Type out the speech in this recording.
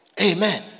Amen